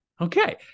okay